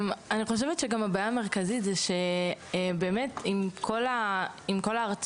אני חושבת שהבעיה המרכזית היא שלמרות כל ההרצאות